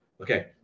Okay